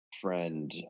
friend